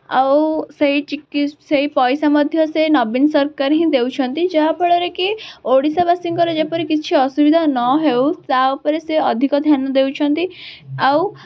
ଆଉ ସେଇ ସେଇ ପଇସା ମଧ୍ୟ ସେ ନବୀନ ସରକାର ହିଁ ଦେଉଛନ୍ତି ଯାହା ଫଲରେକି ଓଡ଼ିଶାବାସୀଙ୍କର ଯେପରି କିଛି ଅସୁବିଧା ନ ହେଉ ତା'ଉପରେ ସେ ଅଧିକ ଧ୍ୟାନ ଦେଉଛନ୍ତି ଆଉ